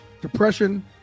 Depression